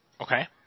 Okay